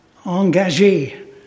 Engagé